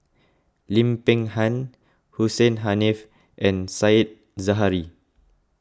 Lim Peng Han Hussein Haniff and Said Zahari